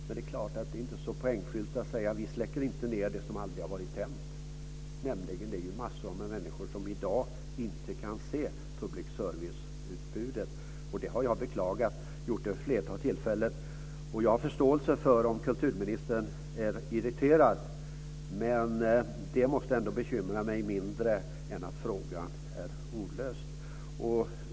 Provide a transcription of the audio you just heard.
Men det är inte så poängfyllt att säga att man släcker ned det som aldrig har varit tänt. Det är ju massor av människor som i dag inte kan se public service-utbudet. Det har jag beklagat vid ett flertal tillfällen. Jag har förståelse för om kulturministern är irriterad. Men det måste ändå bekymra mig mindre än att frågan är olöst.